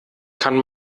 kann